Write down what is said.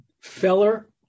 Feller